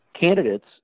candidates